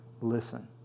listen